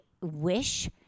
wish